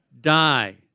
Die